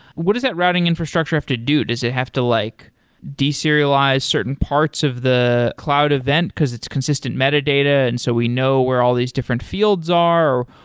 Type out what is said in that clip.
what does that routing infrastructure have to do? does it have to like deserialize certain parts of the cloud event, because it's consistent metadata, and so we know where all these different fields are?